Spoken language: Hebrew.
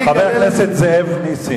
חבר הכנסת זאב נסים.